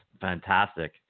fantastic